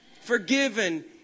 forgiven